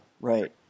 Right